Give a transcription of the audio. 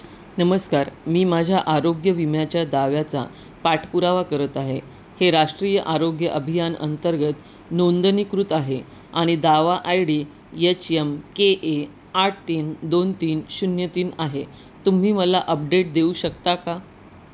नमस्कार मी माझ्या आरोग्य विम्याच्या दाव्याचा पाठपुरावा करत आहे हे राष्ट्रीय आरोग्य अभियान अंतर्गत नोंदणीकृत आहे आणि दावा I D H M K A आठ तीन दोन तीन शून्य तीन आहे तुम्ही मला अपडेट देऊ शकता का